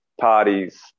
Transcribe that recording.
parties